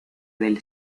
del